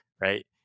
right